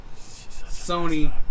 Sony